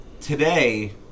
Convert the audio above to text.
Today